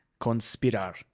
Conspirar